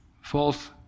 False